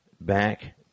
back